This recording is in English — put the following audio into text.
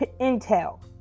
intel